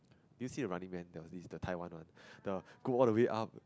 do you see the Running-Man there was this the Taiwan one the go all the way up